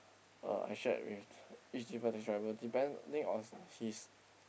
uh I shared with each different driver depending of his